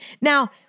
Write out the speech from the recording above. Now